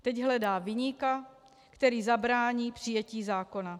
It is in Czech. Teď hledá viníka, který zabrání přijetí zákona.